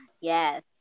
Yes